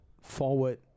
forward